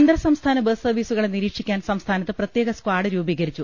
അന്തർ സംസ്ഥാന ബസ് സർവീസുകളെ നിരീക്ഷിക്കാൻ സംസ്ഥാ നത്ത് പ്രത്യേക സ്കാഡ് രൂപീകരിച്ചു